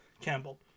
campbell